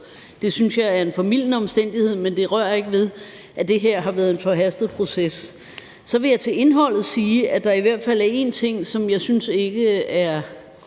Det synes jeg er en formildende omstændighed, men det rører ikke ved, at det her har været en forhastet proces. Så vil jeg til indholdet sige, at der i hvert fald er en ting, som jeg synes ikke er